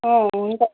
हुन्छ